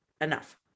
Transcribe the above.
enough